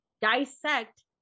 dissect